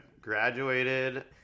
graduated